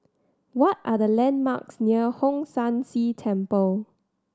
what are the landmarks near Hong San See Temple